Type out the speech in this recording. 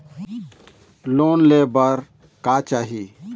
Loan ले बार का चाही?